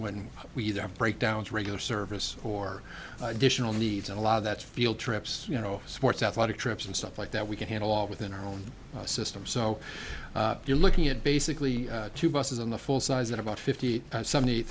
when we either have breakdowns regular service or additional needs and a lot of that field trips you know sports athletic trips and stuff like that we can handle all within our own system so you're looking at basically two buses and the full size that about fifty seven